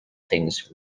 things